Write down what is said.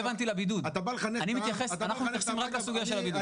אתה בא לחנך --- אנחנו מתייחסים רק לסוגיה של הבידוד.